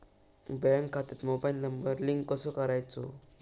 Bank खात्यात mobile number link कसो करायचो?